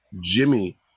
Jimmy